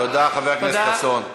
תחפש אשמים.